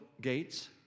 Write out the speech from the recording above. gates